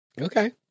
Okay